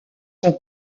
sont